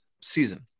season